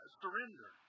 surrender